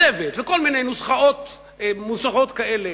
צוות וכל מיני נוסחאות מוזרות כאלה,